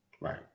right